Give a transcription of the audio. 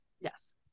Yes